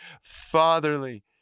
fatherly